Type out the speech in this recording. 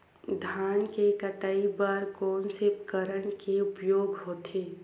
धान के कटाई बर कोन से उपकरण के उपयोग होथे?